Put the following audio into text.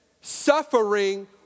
suffering